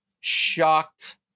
shocked